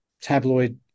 tabloid